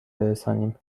برسانیم